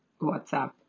WhatsApp